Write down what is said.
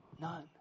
None